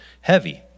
heavy